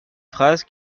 phrase